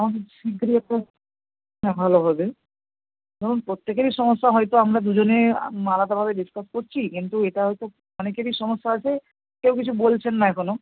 হ্যাঁ হ্যাঁ শিগগিরি এরকম হ্যাঁ ভালো হবে ধরুন প্রত্যেকেরই সমস্যা হয়তো আমরা দুজনে আ আলাদাভাবে ডিসকাস করছি কিন্তু এটাও তো অনেকেরই সমস্যা আছে কেউ কিছু বলছেন না এখনও